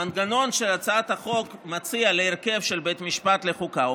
המנגנון שהצעת החוק מציעה להרכב של בית משפט לחוקה הוא